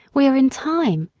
we are in time,